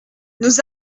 nos